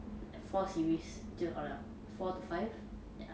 four series 就好了 four to five ya